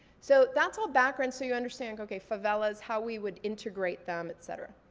so that's all background so you understand okay favelas, how we would integrate them, et cetera.